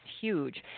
huge